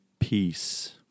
peace